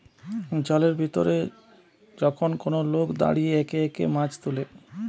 জলের ভিতরে যখন কোন লোক দাঁড়িয়ে একে একে মাছ তুলে